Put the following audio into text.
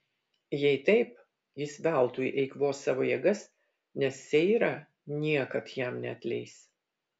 jei taip jis veltui eikvos savo jėgas nes seira niekad jam neatleis